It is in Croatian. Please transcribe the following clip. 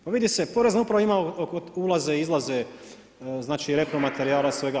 Pa vidi se Porezna uprava ima ulaze i izlaze znači repromaterijala i svega.